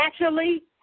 naturally